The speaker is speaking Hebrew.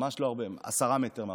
ממש לא הרבה, עשרה מטר מהחוף.